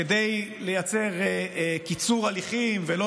טלי גוטליב (הליכוד): אני לא